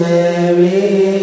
Mary